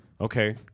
Okay